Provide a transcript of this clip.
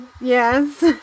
Yes